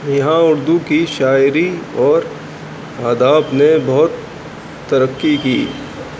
یہاں اردو کی شاعری اور آداب نے بہت ترقی کی